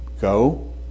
Go